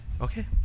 okay